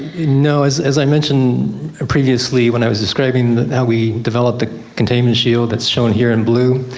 no, as as i mentioned previously when i was describing how we developed the containment shield that's shown here in blue,